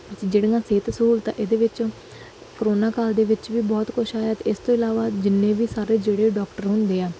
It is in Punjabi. ਜਿਹੜੀਆਂ ਸਿਹਤ ਸਹੂਲਤਾਂ ਇਹਦੇ ਵਿੱਚ ਕਰੋਨਾ ਕਾਲ ਦੇ ਵਿੱਚ ਵੀ ਬਹੁਤ ਕੁਛ ਆਇਆ ਇਸ ਤੋਂ ਇਲਾਵਾ ਜਿੰਨੇ ਵੀ ਸਾਰੇ ਜਿਹੜੇ ਡੋਕਟਰ ਹੁੰਦੇ ਆ